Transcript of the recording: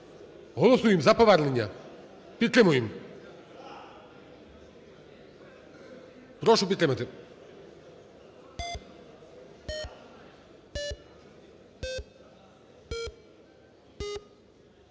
Голосуємо, за повернення, підтримуємо. Прошу підтримати.